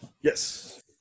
Yes